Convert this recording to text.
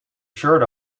shirt